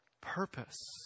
purpose